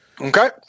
okay